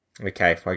Okay